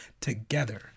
together